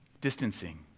distancing